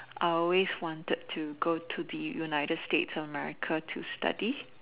I always wanted to go to the United States of America to study